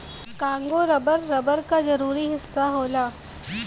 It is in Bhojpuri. कांगो रबर, रबर क जरूरी हिस्सा होला